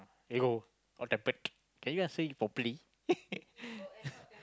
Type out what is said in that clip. ego or pampered can you answer it properly